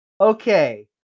okay